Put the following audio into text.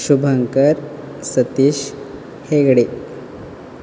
Shubhankar Satish Hegde